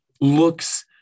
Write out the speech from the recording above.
looks